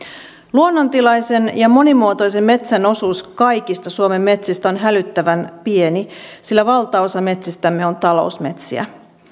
luonnontilaisen ja monimuotoisen metsän osuus kaikista suomen metsistä on hälyttävän pieni sillä valtaosa metsistämme on talousmetsiä